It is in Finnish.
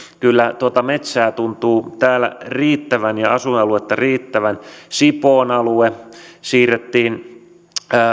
kyllä tuota metsää tuntuu täällä riittävän ja asuinaluetta riittävän sipoon alue siirrettiin